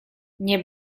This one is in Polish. nie